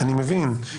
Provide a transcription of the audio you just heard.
אני מבין,